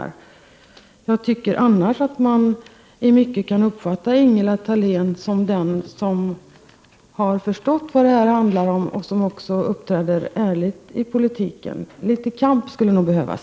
Annars tycker jag att man i mycket kan uppfatta Ingela Thalén som den som har förstått vad det handlar om och som också uppträder ärligt i politiken. Litet kamp skulle nog behövas.